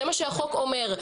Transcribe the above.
זה מה שהחוק אומר.